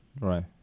right